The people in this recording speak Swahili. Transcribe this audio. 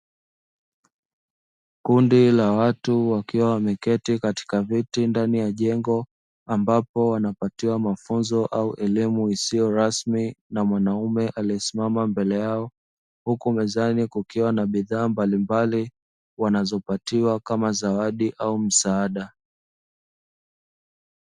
Kundi la watu wakiwa wameketi katika viti ndani ya jengo, ambapo wanapatiwa mafunzo au elimu isiyo rasmi na mwanamume aliyesimama mbele yao, huku mezani kukiwa na bidhaa mbalimbali wanazopatiwa kama zawadi au msaada.